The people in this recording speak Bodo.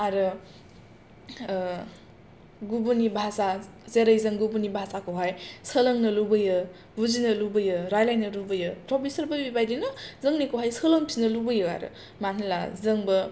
आरो गुबुननि बासा जेरै जों गुबुननि भासाखौहाय सोलोंनो लुबैयो बुजिनो लुबैयो रायलायनो लुबैयो थ' बिसोरबो बेबाइदिनो जोंनिखौवहाय सोलोंफिननो लुबैयो आरो मा होनला जोंबो